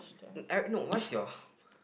no what's your